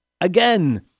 Again